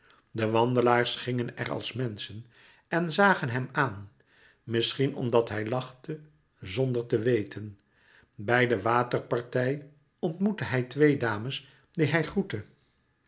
de wandelaars gingen er als menschen en zagen hem aan misschien omdat hij lachte louis couperus metamorfoze zonder te weten bij de waterpartij ontmoette hij twee dames die hij